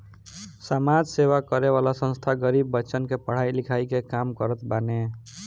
समाज सेवा करे वाला संस्था गरीब बच्चन के पढ़ाई लिखाई के काम करत बाने